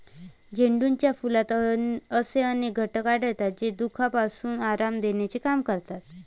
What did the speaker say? झेंडूच्या फुलात असे अनेक घटक आढळतात, जे दुखण्यापासून आराम देण्याचे काम करतात